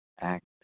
act